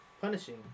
Punishing